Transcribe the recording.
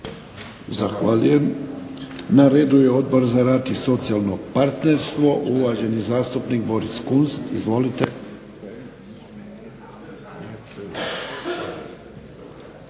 Zahvaljujem. Na redu je Odbor za rad i socijalno partnerstvo, uvaženi zastupnik Boris Kunst. Izvolite.